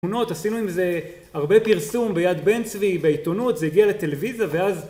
עשינו עם זה הרבה פרסום ביד בן צבי בעיתונות זה הגיע לטלוויזה ואז